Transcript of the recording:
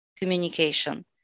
communication